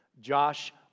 Josh